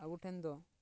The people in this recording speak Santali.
ᱟᱵᱚ ᱴᱷᱮᱱ ᱫᱚ